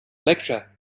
lecture